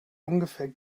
ungefähr